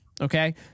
Okay